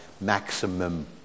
maximum